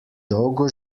dolgo